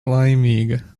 laimīga